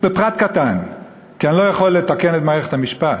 בפרט קטן, כי אני לא יכול לתקן את מערכת המשפט,